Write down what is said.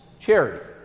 charity